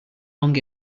long